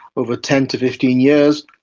over ten to fifteen years,